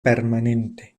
permanente